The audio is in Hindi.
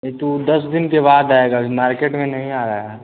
परंतु दस दिन के बाद आएगा अभी मार्केट में नहीं आ रहा है